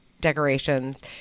decorations